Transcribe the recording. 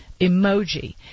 emoji